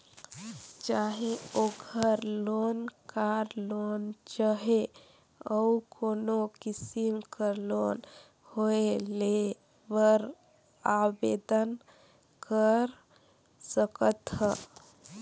चाहे ओघर loan, car loan चहे अउ कोनो किसिम कर लोन होए लेय बर आबेदन कर सकत ह